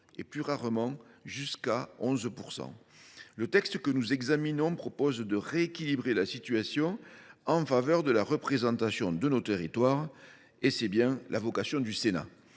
%, plus rarement 11 % d’entre eux. Le texte que nous examinons propose de rééquilibrer la situation en faveur de la représentation de nos territoires, conformément à la vocation du Sénat.